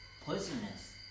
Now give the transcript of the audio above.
Poisonous